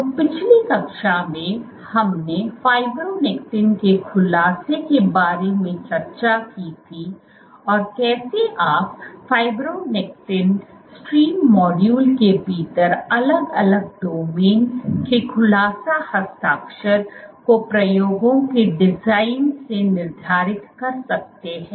तो पिछली कक्षा में हमने फाइब्रोनेक्टिन के खुलासा के बारे में चर्चा की थी और कैसे आप फाइब्रोनेक्टिन स्ट्रीम मॉड्यूल के भीतर अलग अलग डोमेन के खुलासा हस्ताक्षर को प्रयोगों के डिजाइन से निर्धारित कर सकते हैं